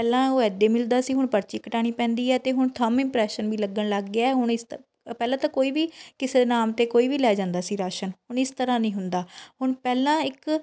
ਪਹਿਲਾਂ ਉਹ ਐਦੇ ਮਿਲਦਾ ਸੀ ਹੁਣ ਪਰਚੀ ਕਟਾਉਣੀ ਪੈਂਦੀ ਹੈ ਅਤੇ ਹੁਣ ਥੰਮ ਇੰਪ੍ਰੈਸ਼ਨ ਵੀ ਲੱਗਣ ਲੱਗ ਗਿਆ ਹੁਣ ਇਸ ਤ ਪਹਿਲਾਂ ਤਾਂ ਕੋਈ ਵੀ ਕਿਸੇ ਨਾਮ 'ਤੇ ਕੋਈ ਵੀ ਲੈ ਜਾਂਦਾ ਸੀ ਰਾਸ਼ਨ ਹੁਣ ਇਸ ਤਰ੍ਹਾਂ ਨਹੀਂ ਹੁੰਦਾ ਹੁਣ ਪਹਿਲਾਂ ਇੱਕ